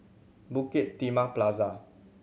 Bukit Timah Plaza